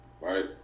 right